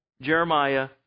Jeremiah